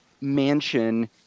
mansion